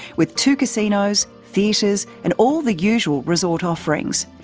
with two casinos, theatres and all the usual resort offerings.